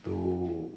to